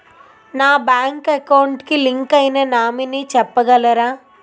నా bank account కి link అయినా నామినీ చెప్పగలరా?